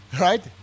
Right